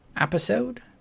episode